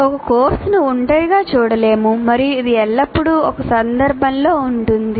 ఒక కోర్సును ఒంటరిగా చూడలేము మరియు ఇది ఎల్లప్పుడూ ఒక సందర్భంలో ఉంటుంది